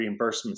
reimbursements